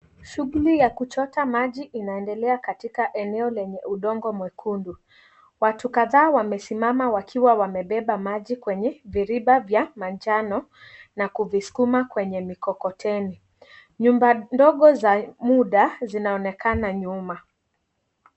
Shughuli ya kuchota maji inaendelea katika eneo lenye udongo mwekundu. Watu kadhaa, wamesimama wakiwa wamebeba maji kwenye viriba vya manjano na kuvisukuma kwenye mikokoteni. Nyumba ndogo za muda, zinaonekana nyuma.